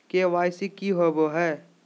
KYC की होबो है?